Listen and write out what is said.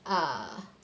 ah